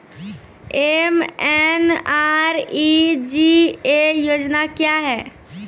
MNREGA योजना क्या हैं?